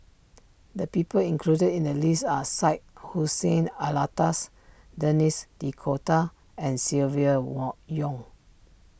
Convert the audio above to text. the people included in the list are Syed Hussein Alatas Denis D'Cotta and Silvia won Yong